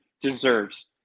deserves